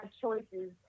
choices